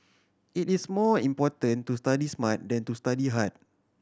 it is more important to study smart than to study hard